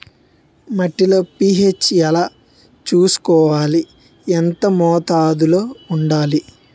మట్టిలో పీ.హెచ్ ఎలా తెలుసుకోవాలి? ఎంత మోతాదులో వుండాలి?